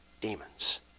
Demons